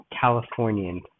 Californian